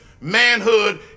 manhood